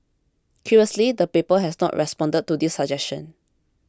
curiously the paper has not responded to this suggestion